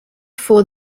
for